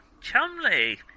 Chumley